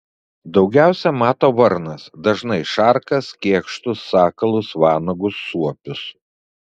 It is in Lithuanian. daugiausiai mato varnas dažnai šarkas kėkštus sakalus vanagus suopius